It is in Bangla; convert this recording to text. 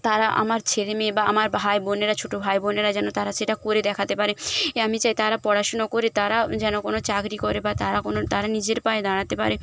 তারা আমার ছেলে মেয়ে বা আমার ভাই বোনেরা ছোটো ভাই বোনেরা যেন তারা সেটা করে দেখাতে পারে এ আমি চাই তারা পড়াশুনো করে তারা যেন কোনো চাকরি করে বা তারা কোনো তারা নিজের পায়ে দাঁড়াতে পারে